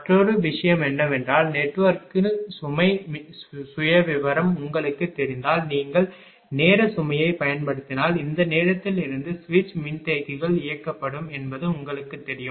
மற்றொரு விஷயம் என்னவென்றால் நெட்வொர்க்கின் சுமை சுயவிவரம் உங்களுக்குத் தெரிந்தால் நீங்கள் நேரச் சுமையைப் பயன்படுத்தினால் இந்த நேரத்திலிருந்து சுவிட்ச் மின்தேக்கிகள் இயக்கப்படும் என்பது உங்களுக்குத் தெரியும்